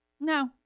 No